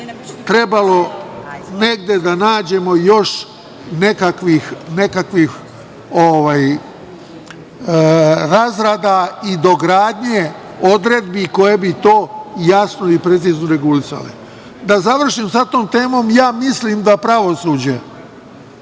trebalo da nađemo još nekakvih razrada i dogradnje odredbi koje bi to jasno i precizno regulisale. Da završim sa tom temom. Mislim da pravosuđe